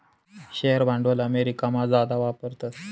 share भांडवल अमेरिकामा जादा वापरतस